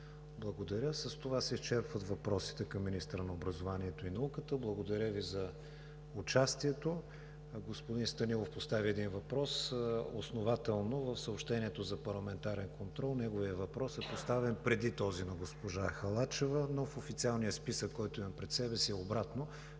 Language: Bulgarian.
Благодаря. С това се изчерпват въпросите към министъра на образованието и науката. Благодаря Ви за участието. Господин Станилов постави един въпрос основателно – в съобщението за парламентарен контрол неговият въпрос е поставен преди този на госпожа Халачева, но в официалния списък, който имам пред себе си, е обратно.